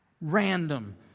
random